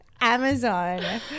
Amazon